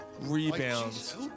rebounds